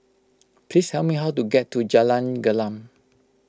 please tell me how to get to Jalan Gelam